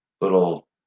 little